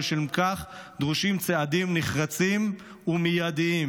לשם כך דרושים צעדים נחרצים ומיידיים,